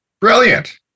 Brilliant